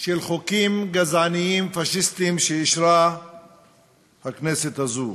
של חוקים גזעניים פאשיסטיים שאישרה הכנסת הזאת.